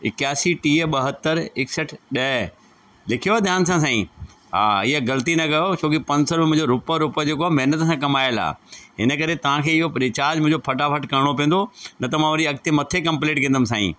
इक्यासी टीह ॿहत्तरि एकाहठ ॾह लिखियल ध्यानु सा साईं हां हीय गलती न कयो छोकी पंज सौ रुपियो मुंजो रुपओ रुपियो जेको आहे महिनत सां कमाइल आहे हिन करे तव्हांखे इहो रिचार्ज मुंहिंजो फटाफट करणो पवंदो न त मां वरी अॻते मथे कंप्लेट कंदमि साईं